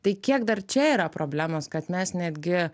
tai kiek dar čia yra problemos kad mes netgi